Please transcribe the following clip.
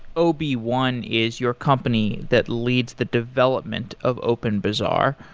o b one is your company that leads the development of openbazaar.